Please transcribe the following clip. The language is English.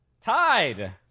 tied